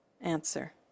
Answer